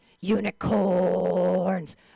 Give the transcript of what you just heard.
unicorns